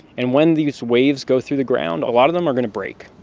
and when these waves go through the ground, a lot of them are going to break.